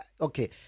okay